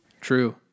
True